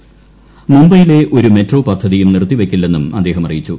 ്മുംബൈയിലെ ഒരു മെട്രോ പദ്ധതിയും നിർത്തിവയ്ക്കില്ലെന്നും അദ്ദേഹ് അറിയിച്ചു